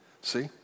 see